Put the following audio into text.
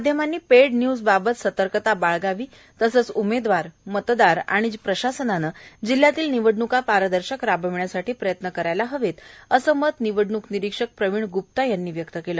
माध्यमांनी paid news बाबत थोडी सतर्कता बाळगावी तसेच उमेदवार मतदार व प्रशासनाने जिल्हयातील निवडणुका पारदर्शक राबविण्यासाठी प्रयत्न करायला हवेत असे मत निवडणूक निरिक्षक प्रवीण ग्प्ता यांनी व्यक्त केले